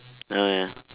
no lah